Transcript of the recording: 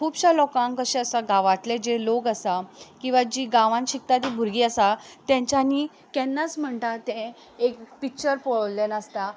खुबश्या लोकांक कशें आसा गांवांतलें जे लोक आसा किंवा जीं गांवांन शिकता तीं भुरगीं आसा तेंच्यांनी केन्नाच म्हणटा तें एक पिच्चर पयल्लें नासता